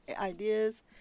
ideas